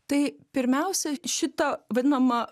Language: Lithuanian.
tai pirmiausia šita vadinama